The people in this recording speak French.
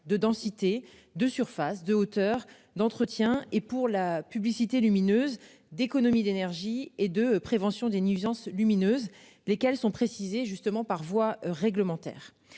de densité de surface de hauteur d'entretien et pour la publicité lumineuse d'économie d'énergie et de prévention des nuisances lumineuses, lesquels sont précisées justement par voie réglementaire.